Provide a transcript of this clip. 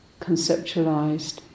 conceptualized